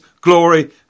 glory